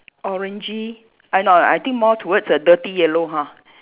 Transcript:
orangey uh no I think more towards a dirty yellow ha